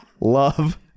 Love